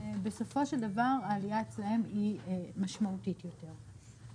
בסופו של דבר העלייה אצלם היא משמעותית יותר.